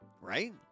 Right